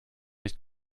nicht